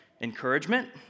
Encouragement